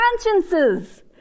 consciences